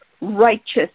righteous